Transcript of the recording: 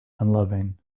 unloving